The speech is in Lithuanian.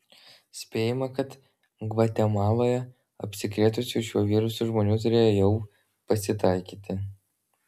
spėjama kad gvatemaloje apsikrėtusių šiuo virusu žmonių turėjo jau pasitaikyti